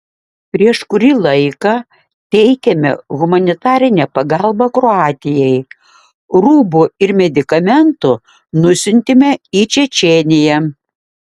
prieš kurį laiką teikėme humanitarinę pagalbą kroatijai rūbų ir medikamentų nusiuntėme į čečėniją